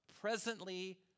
presently